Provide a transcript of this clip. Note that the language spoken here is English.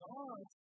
God